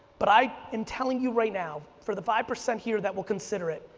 but i am telling you right now, for the five percent here that will consider it,